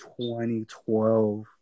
2012